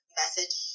message